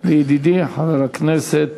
לידידי חבר הכנסת